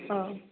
औ